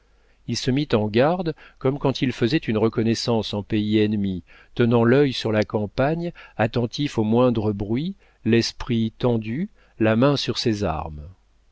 il se mit en garde comme quand il faisait une reconnaissance en pays ennemi tenant l'œil sur la campagne attentif au moindre bruit l'esprit tendu la main sur ses armes